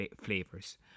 flavors